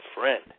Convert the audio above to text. friend